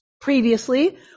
Previously